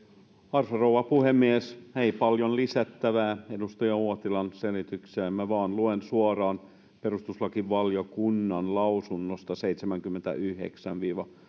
arvoisa rouva puhemies ei paljon lisättävää edustaja uotilan selitykseen minä vain luen suoraan perustuslakivaliokunnan lausunnosta seitsemänkymmentäyhdeksän kautta